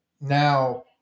now